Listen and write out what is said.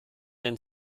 den